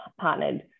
partnered